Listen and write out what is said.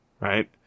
right